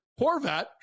Horvat